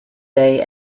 day